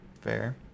Fair